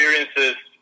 experiences